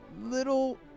little